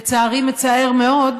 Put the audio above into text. לצערי, מצער מאוד,